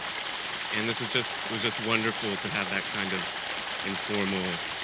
and this was just was just wonderful to have that kind of informal